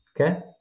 okay